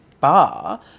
bar